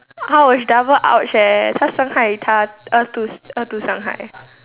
!ouch! double !ouch! eh 她伤害他二度二度伤害